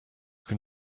can